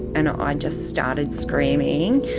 and i just started screaming,